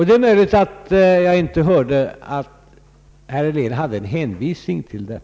Det är möjligt att jag inte hörde att herr Helén hänvisade till den.